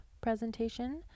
presentation